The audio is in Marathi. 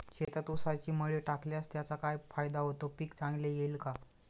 शेतात ऊसाची मळी टाकल्यास त्याचा काय फायदा होतो, पीक चांगले येईल का?